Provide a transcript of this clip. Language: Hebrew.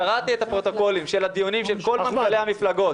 קראתי את הפרוטוקולים של הדיונים של כל מנכ"לי המפלגות